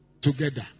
together